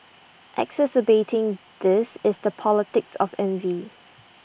exacerbating this is the politics of envy